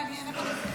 גוטליב, גברתי, בבקשה.